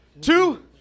two